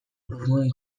burmuin